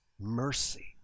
mercy